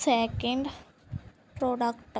second product